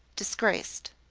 disgraced.